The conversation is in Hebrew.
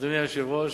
אדוני היושב-ראש,